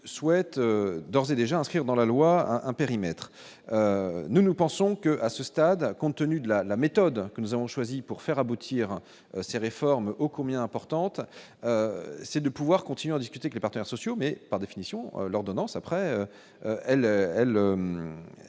souhaite d'ores et déjà inscrire dans la loi un périmètre, nous, nous pensons qu'à ce stade, compte tenu de la la méthode que nous avons choisie pour faire aboutir ses réformes ô combien importante, c'est de pouvoir continuer à discuter, que les partenaires sociaux mais par définition l'ordonnance après elle,